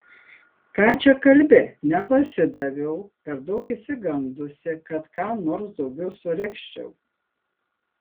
ką čia kalbi nepasidaviau per daug išsigandusi kad ką nors daugiau suregzčiau